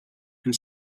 and